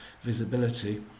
visibility